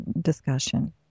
discussion